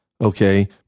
okay